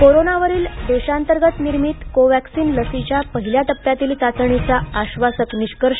कोरोनावरील देशांतर्गत निर्मित कोवॅक्सीन लसीच्या पहिल्या टप्प्यातील चाचणीचा आश्वासक निष्कर्ष